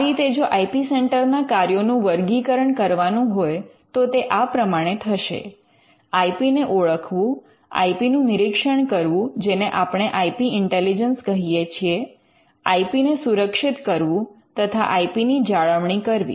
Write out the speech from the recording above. આ રીતે જો આઇ પી સેન્ટર ના કાર્યોનું વર્ગીકરણ કરવાનું હોય તો તે આ પ્રમાણે થશે આઇ પી ને ઓળખવું આઇ પી નું નિરીક્ષણ કરવું જેને આપણે આઇ પી ઇન્ટેલિજન્સ કહીએ છીએ આઇ પી ને સુરક્ષિત કરવું તથા આઇ પી ની જાળવણી કરવી